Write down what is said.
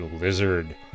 lizard